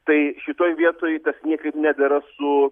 tai šitoj vietoj tas niekaip nedera su